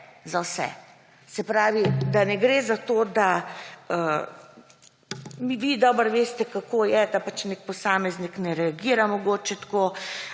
za vse. Se pravi, da ne gre za to, da … Vi dobro veste, kako je, da nek posameznik ne reagira mogoče tako